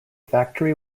factory